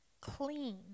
clean